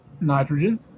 nitrogen